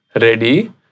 ready